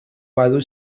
badu